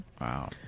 Wow